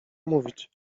mówić